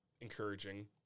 Encouraging